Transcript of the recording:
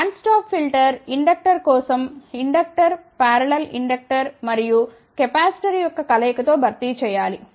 band stop filter inductor కోసం inductor parallel inductor మరియు capacitor యొక్క కలయిక తో భర్తీ చేయాలి